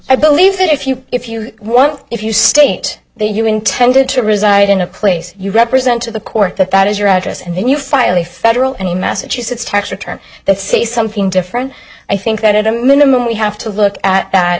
i believe if you if you want if you state that you intended to reside in a place you represent to the court that that is your address and then you file a federal and a massachusetts tax return that say something different i think that at a minimum we have to look at that